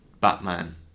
Batman